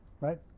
right